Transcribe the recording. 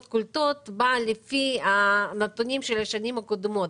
קולטות בא לפי הנתונים של השנים הקודמות.